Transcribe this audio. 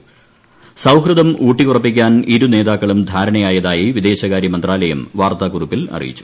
സ്ഥാഹൃദം ഊട്ടി ഉറപ്പിക്കാൻ ഇരുനേതാക്കളും ധാരണയായുത്യി വിദേശകാര്യ മന്ത്രാലയം വാർത്താ കുറിപ്പിൽ അറിയിച്ചു